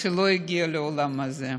עד שהוא לא הגיע לאולם הזה: